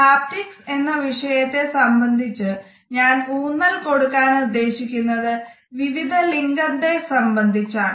haptics എന്ന വിഷയത്തെ സംബന്ധിച്ച് ഞാൻ ഊന്നൽ കൊടുക്കാൻ ഉദ്ദേശിക്കുന്നത് വിവിധ ലിംഗത്തേ സംബന്ധിച്ചാണ്